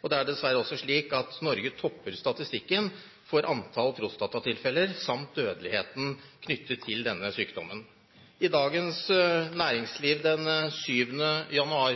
og det er dessverre også slik at Norge topper statistikken for antall prostatatilfeller samt dødelighet knyttet til denne sykdommen. I Dagens Næringsliv den 7. januar